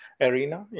arena